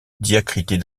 diacritée